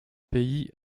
pays